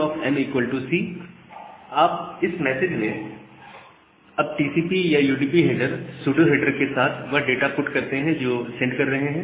f C अब इस message में आप टीसीपी या यूडीपी हेडर सूडो हेडर के साथ वह डाटा पुट करते हैं जो आप सेंड कर रहे हैं